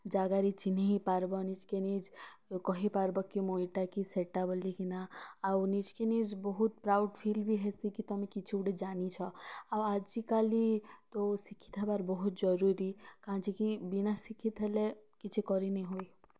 ଜାଗାରେ ଚିହ୍ନେଇ ପାରବ ନିଜକେ ନିଜ୍ କହିପାରବ କି ମୁଇଁ ଇଟା କି ସେଇଟା ବୋଲିକିନା ଆଉ ନିଜକେ ନିଜ୍ ବହୁତ୍ ପ୍ରାଉଡ଼୍ ଫିଲ୍ବି ହେସି କି ତମେ କିଛୁ ଗୁଟେ ଜାନିଛ ଆଉ ଆଜିକାଲି ତ ଶିକ୍ଷିତ୍ ହେବାର୍ ବହୁତ୍ ଜରୁରୀ କାଁଯେ କି ବିନା ଶିକ୍ଷିତ୍ ହେଲେ କିଛି କରି ନାଇଁହୁଏ